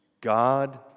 God